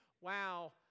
wow